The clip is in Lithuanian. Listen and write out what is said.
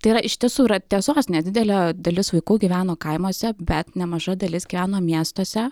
tai yra iš tiesų yra tiesos nedidelė dalis vaikų gyveno kaimuose bet nemaža dalis gyveno miestuose